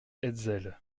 hetzel